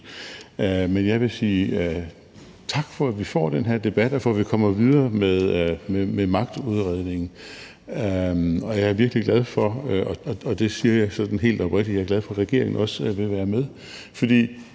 Men jeg vil sige tak for, at vi får den her debat og for, at vi kommer videre med magtudredningen. Og jeg er virkelig glad for, og det siger jeg helt oprigtigt, at regeringen også vil være med.